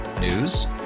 News